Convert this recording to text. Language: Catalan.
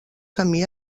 camí